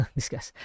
discuss